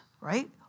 right